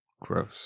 Gross